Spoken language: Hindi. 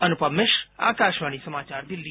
अनुपम मिश्रा आकाशवाणी समाचार दिल्ली